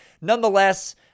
Nonetheless